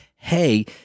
hey